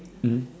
mmhmm